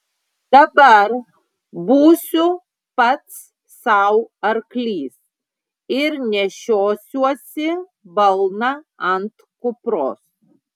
dabar būsiu pats sau arklys ir nešiosiuosi balną ant kupros